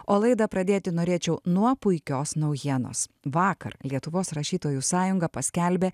o laidą pradėti norėčiau nuo puikios naujienos vakar lietuvos rašytojų sąjunga paskelbė